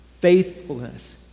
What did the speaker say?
faithfulness